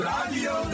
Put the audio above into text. Radio